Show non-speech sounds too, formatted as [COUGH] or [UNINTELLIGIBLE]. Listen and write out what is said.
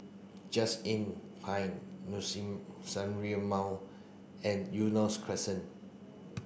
Just Inn Pine Liuxun [UNINTELLIGIBLE] and Eunos Crescent